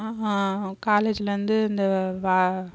காலேஜில் வந்து இந்த வ